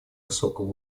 высокого